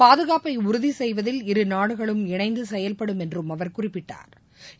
பாதுகாப்பை உறுதி செய்வதில் இருநாடுகளும் இணைந்து செயல்படும் என்றும் அவா் குறிப்பிட்டாா்